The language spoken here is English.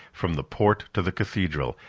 from the port to the cathedral,